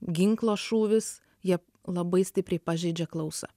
ginklo šūvis jie labai stipriai pažeidžia klausą